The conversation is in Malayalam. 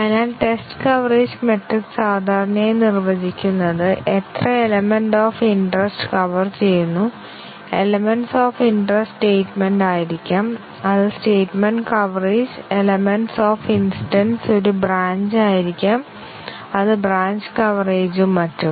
അതിനാൽ ടെസ്റ്റ് കവറേജ് മെട്രിക് സാധാരണയായി നിർവചിക്കുന്നത് എത്ര എലമെൻറ്സ് ഓഫ് ഇൻററസ്റ്റ് കവർ ചെയ്യുന്നു എലമെൻറ്സ് ഓഫ് ഇൻററസ്റ്റ് സ്റ്റേറ്റ്മെൻറ് ആയിരിക്കാം അത് statement coverage elements of interest ഒരു ബ്രാഞ്ച് ആയിരിക്കാം അത് ബ്രാഞ്ച് കവറേജും മറ്റും